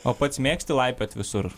o pats mėgsti laipiot visur